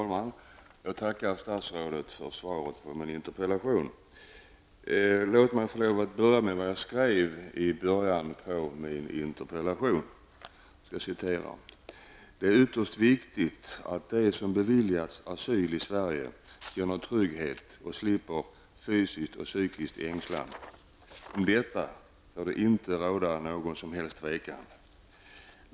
Fru talman! Jag tackar statsrådet för svaret på min interpellation. Låt mig börja med vad jag skrev i början på min interpellation: ''Det är ytterst viktigt att de som beviljats asyl i Sverige känner trygghet och slipper fysisk och psykisk ängslan. Om detta får det inte råda någon som helst tvekan.